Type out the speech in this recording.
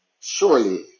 Surely